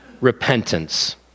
repentance